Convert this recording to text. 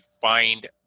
find